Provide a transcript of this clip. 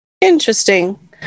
Interesting